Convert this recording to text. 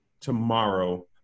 tomorrow